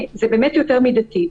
זה באמת יותר מידתי.